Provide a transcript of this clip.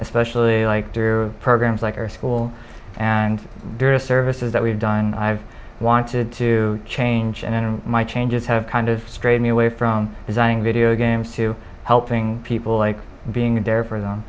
especially like do programs like our school and various services that we've done i've wanted to change and in my changes have kind of strayed me away from designing video games to helping people like being a dare for them